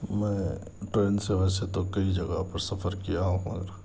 میں ٹرین سے ویسے تو کئی جگہ پر سفر کیا ہوں